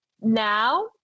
now